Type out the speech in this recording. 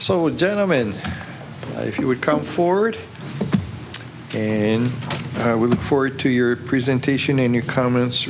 so gentlemen if you would come forward and i would look forward to your presentation in your comments